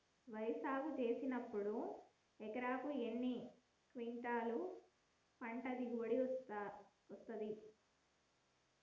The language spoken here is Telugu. వరి సాగు చేసినప్పుడు ఎకరాకు ఎన్ని క్వింటాలు పంట దిగుబడి వస్తది?